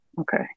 okay